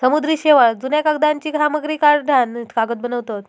समुद्री शेवाळ, जुन्या कागदांची सामग्री काढान कागद बनवतत